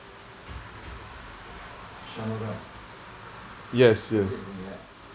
yes yes